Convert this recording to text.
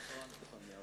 נכון, נכון מאוד.